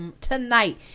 tonight